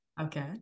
Okay